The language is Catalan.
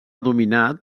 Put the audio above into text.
dominat